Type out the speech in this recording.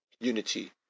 unity